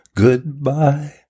goodbye